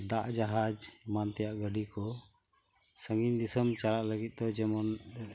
ᱫᱟᱜ ᱡᱟᱦᱟᱡ ᱮᱢᱟᱱ ᱛᱮᱭᱟᱜ ᱜᱟᱹᱰᱤᱠᱩ ᱥᱟᱺᱜᱤᱧ ᱫᱤᱥᱟᱹᱢ ᱪᱟᱞᱟᱜ ᱞᱟᱹᱜᱤᱫ ᱛᱮᱦᱚᱸ ᱡᱮᱢᱚᱱ